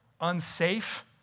unsafe